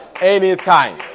Anytime